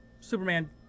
Superman